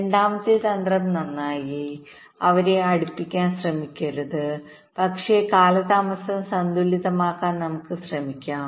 രണ്ടാമത്തെ തന്ത്രം നന്നായി അവരെ അടുപ്പിക്കാൻ ശ്രമിക്കരുത് പക്ഷേ കാലതാമസം സന്തുലിതമാക്കാൻ നമുക്ക് ശ്രമിക്കാം